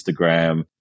Instagram